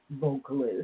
vocalist